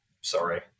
Sorry